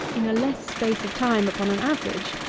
in a less space of time, upon an average,